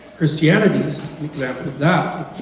christianity is the example of that,